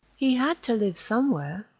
he had to live somewhere,